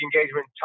engagement